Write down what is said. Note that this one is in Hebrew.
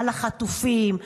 על החטופים,